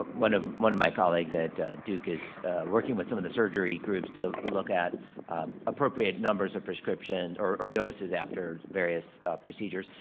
one of one of my colleagues at duke is working with some of the surgery groups to look at appropriate numbers of prescription or doses after various procedures,